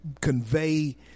convey